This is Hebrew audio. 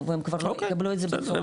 והן יקבלו את זה בצורה כמו כולם.